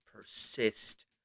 persist